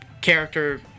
character